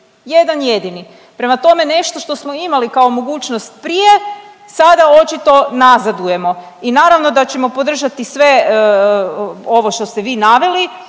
jedan jedini. Prema tome, nešto što smo imali kao mogućnost prije sada očito nazadujemo i naravno da ćemo podržati sve ovo što ste vi naveli.